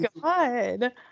God